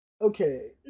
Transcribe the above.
Okay